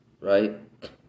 right